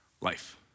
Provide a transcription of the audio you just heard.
life